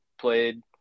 played